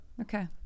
Okay